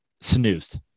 Snoozed